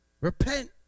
Repent